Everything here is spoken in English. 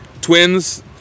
twins